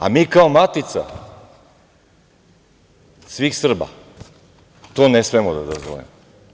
A mi kao matica svih Srba to ne smemo da dozvolimo.